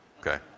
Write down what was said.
Okay